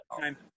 time